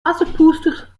assepoester